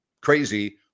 crazy